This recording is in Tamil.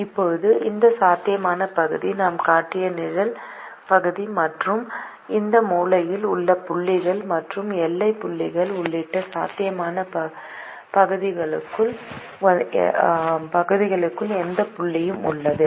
இப்போது இந்த சாத்தியமான பகுதி நாம் காட்டிய நிழல் பகுதி மற்றும் இந்த மூலையில் உள்ள புள்ளிகள் மற்றும் எல்லை புள்ளிகள் உள்ளிட்ட சாத்தியமான பகுதிக்குள் எந்த பள்ளியும் உள்ளது